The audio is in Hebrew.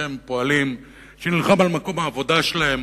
לוחם פועלים שנלחם על מקום העבודה שלהם